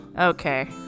okay